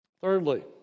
Thirdly